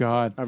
God